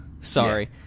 Sorry